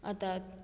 आतां